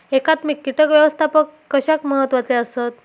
एकात्मिक कीटक व्यवस्थापन कशाक महत्वाचे आसत?